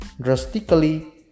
drastically